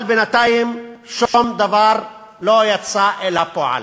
אבל בינתיים שום דבר לא יצא אל הפועל.